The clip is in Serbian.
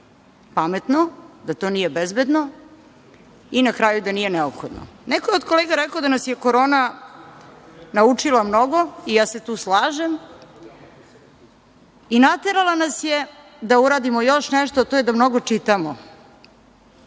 pametno, da to nije bezbedno i, na kraju, da nije neophodno. Neko je od kolega rekao da nas je Korona naučila mnogo, ja se tu slažem, i naterala nas je da uradimo još nešto, a to je da mnogo čitamo.